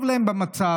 טוב להם במצב,